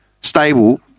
stable